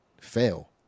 fail